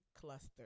cluster